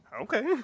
Okay